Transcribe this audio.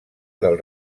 del